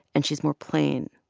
and she's more plain.